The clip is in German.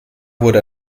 wurde